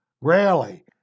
Rarely